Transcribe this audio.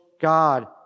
God